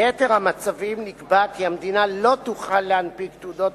ביתר המצבים נקבע כי המדינה לא תוכל להנפיק תעודות